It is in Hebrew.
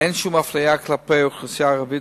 אין שום אפליה כלפי האוכלוסייה הערבית